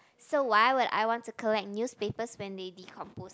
so why would I want to collect newspapers when they decompose